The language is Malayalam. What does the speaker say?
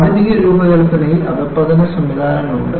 ആധുനിക രൂപകൽപ്പനയിൽ അധപതന സംവിധാനങ്ങളുണ്ട്